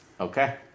Okay